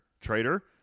Trader